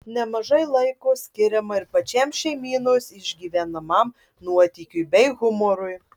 nemažai laiko skiriama ir pačiam šeimynos išgyvenamam nuotykiui bei humorui